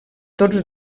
tots